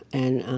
and